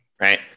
right